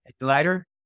Lighter